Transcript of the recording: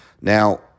Now